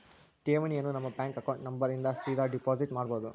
ಠೇವಣಿಯನು ನಮ್ಮ bank account number ಇಂದ ಡೆಪೋಸಿಟ್ ಮಾಡ್ಬೊದು